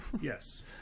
yes